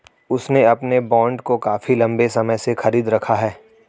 उसने अपने बॉन्ड को काफी लंबे समय से खरीद रखा है